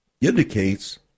indicates